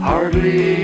Hardly